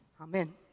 Amen